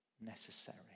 necessary